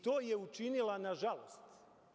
To je učinila nažalost.